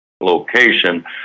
location